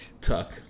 tuck